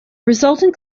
resultant